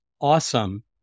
awesome